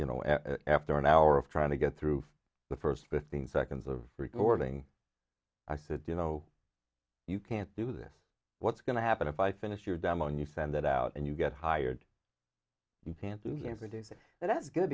you know after an hour of trying to get through the first fifteen seconds of recording i said you know you can't do this what's going to happen if i finish your demo and you send it out and you get hired you can't produce it and that's good